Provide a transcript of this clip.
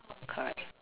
correct